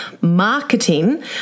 marketing